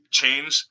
change